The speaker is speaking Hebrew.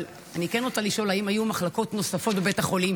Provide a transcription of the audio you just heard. אבל אני כן רוצה לשאול: האם היו מחלקות נוספות בבית החולים